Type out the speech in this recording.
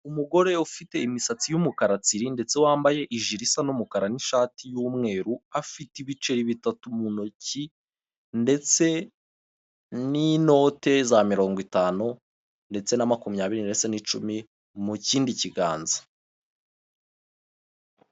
Umugore ufite imisatsi y'umukara tsiri ndetse wambaye ijire isa n'umukara n'ishati y'umweru, afite ibiceri bitatu mu ntoki ndetse n'inote za mirongo itanu ndetse na makumyabiri ndetse n'icumi mu kindi kiganza.